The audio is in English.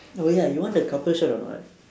oh ya you want the couple shirt or not